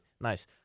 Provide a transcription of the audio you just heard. nice